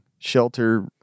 Shelter